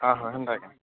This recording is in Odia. ଅଃ ହେନ୍ତା କି